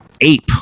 ape